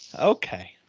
Okay